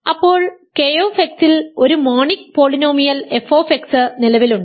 അപ്പോൾ k ൽ ഒരു മോണിക് പോളിനോമിയൽ f നിലവിലുണ്ട്